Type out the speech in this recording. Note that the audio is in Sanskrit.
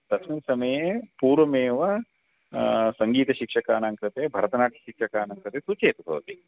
तस्मिन् समये पूर्वमेव सङ्गीतशिक्षकाणां कृते भरतनाट्यशिक्षकाणां कृते सूचयतु भवती